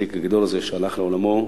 הצדיק הגדול הזה שהלך לעולמו.